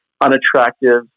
unattractive